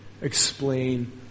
explain